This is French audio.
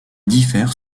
diffèrent